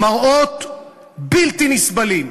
מראות בלתי נסבלים.